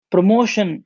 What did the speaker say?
Promotion